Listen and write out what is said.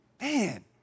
Man